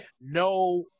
no